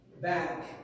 back